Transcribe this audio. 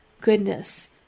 goodness